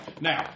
Now